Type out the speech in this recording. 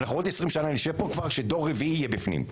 אנחנו עוד 20 שנה נשב פה כשכבר דור רביעי יהיה בפנים.